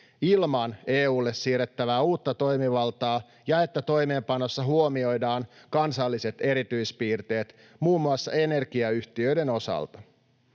ilman EU:lle siirrettävää uutta toimivaltaa ja että toimeenpanossa huomioidaan kansalliset erityispiirteet muun muassa energiayhtiöiden osalta.